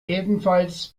ebenfalls